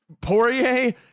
Poirier